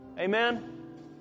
Amen